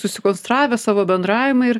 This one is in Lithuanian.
susikonstravę savo bendravimą ir